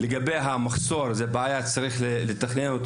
צריך לתכנן את